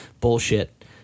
bullshit